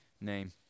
name